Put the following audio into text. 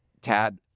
Tad